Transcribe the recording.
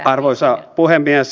arvoisa puhemies